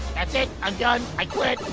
that's it, i'm done. i quit.